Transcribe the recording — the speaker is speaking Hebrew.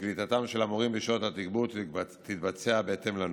וקליטתם של המורים בשעות התגבור תתבצע בהתאם לנוהל.